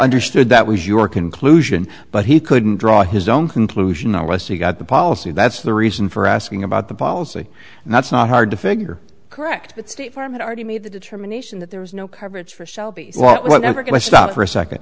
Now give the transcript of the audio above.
understood that was your conclusion but he couldn't draw his own conclusion unless he got the policy that's the reason for asking about the policy and that's not hard to figure correct but state farm had already made the determination that there was no coverage for shelby well never can i stop for a second